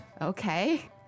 Okay